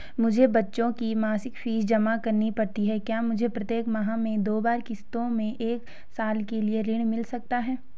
मुझे बच्चों की मासिक फीस जमा करनी पड़ती है क्या मुझे प्रत्येक माह में दो बार किश्तों में एक साल के लिए ऋण मिल सकता है?